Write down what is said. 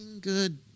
good